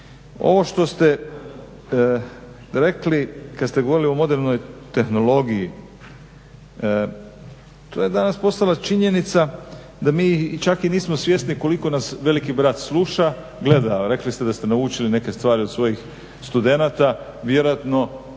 Ovo što ste rekli kad ste govorili o modernoj tehnologiji. To je danas postala činjenica da mi i čak i nismo svjesni koliko nas veliki brat sluša, gleda, rekli ste da ste naučili neke stvari od svojih studenata, vjerojatno